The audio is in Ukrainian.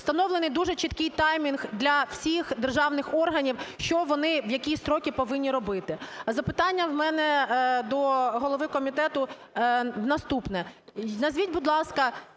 Встановлений дуже чіткий таймінг для всіх державних органів, що вони в які строки повинні робити. Запитання в мене до голови комітету наступне.